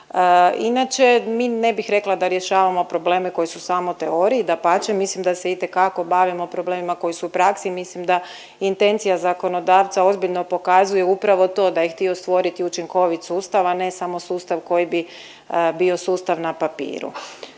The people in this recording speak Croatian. Inače, mi ne bih rekla da rješavamo probleme koji su samo u teoriji, dapače mislim da se itekako bavimo problemima koji su u praksi i mislim da i intencija zakonodavca ozbiljno pokazuju upravo to da je htio stvorit učinkovit sustav, a ne samo sustav koji bi bio sustav na papiru.